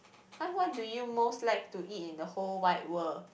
!huh! what do you most like to eat in the whole wide world